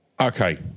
Okay